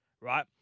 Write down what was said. right